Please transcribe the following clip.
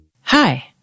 Hi